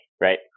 right